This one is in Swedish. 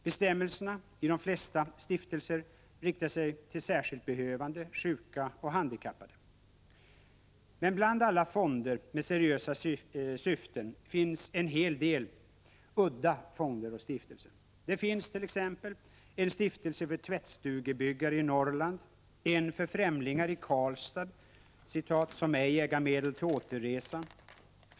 Bestämmelserna i de flesta stiftelser riktar sig till särskilt behövande, sjuka och handikappade. Men bland alla fonder och stiftelser med seriösa syften finns en hel del udda sådana. Det finnst.ex. en stiftelse för tvättstugebyggare i Norrland och en för främlingar i Karlstad ”som ej äga medel till återresan”.